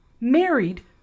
married